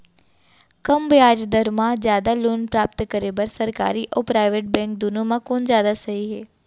कम ब्याज दर मा जादा लोन प्राप्त करे बर, सरकारी अऊ प्राइवेट बैंक दुनो मा कोन जादा सही हे?